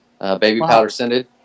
baby-powder-scented